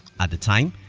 at the time,